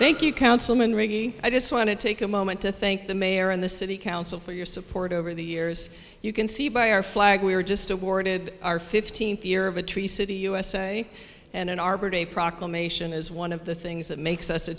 you councilman ricky i just want to take a moment to thank the mayor and the city council for your support over the years you can see by our flag we were just awarded our fifteenth year of a tree city usa and an arbor day proclamation is one of the things that makes us a